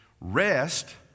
rest